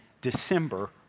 December